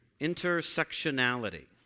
intersectionality